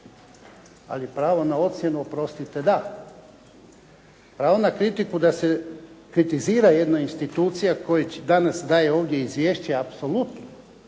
ali pravo na ocjenu oprostite da. Pravo na kritiku da se kritizira jedna institucija koji danas daje ovdje izvješće apsolutno,